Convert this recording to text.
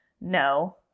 no